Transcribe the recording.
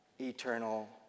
eternal